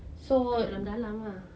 kat dalam-dalam ah